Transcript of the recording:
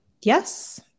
yes